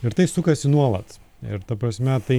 ir tai sukasi nuolat ir ta prasme tai